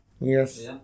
Yes